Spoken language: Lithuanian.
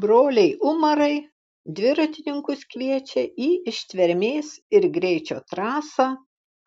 broliai umarai dviratininkus kviečia į ištvermės ir greičio trasą